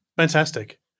Fantastic